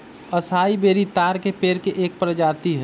असाई बेरी ताड़ के पेड़ के एक प्रजाति हई